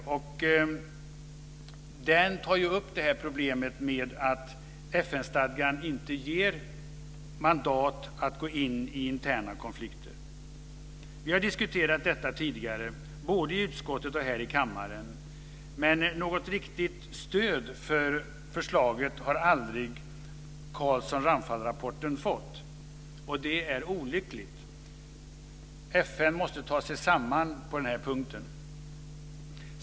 I den tas problemet upp med att FN-stadgan inte ger mandat att gå in i interna konflikter. Vi har diskuterat detta tidigare, både i utskottet och här i kammaren. Men något riktigt stöd för förslaget har aldrig Carlsson-Ramphal-rapporten fått. Det är olyckligt. FN måste ta sig samman på den här punkten.